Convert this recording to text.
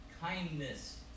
kindness